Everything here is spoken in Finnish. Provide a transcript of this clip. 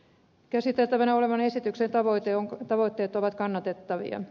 käsiteltävänä olevan esityksen tavoitteet ovat kannatettavia